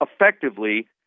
effectively